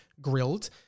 Grilled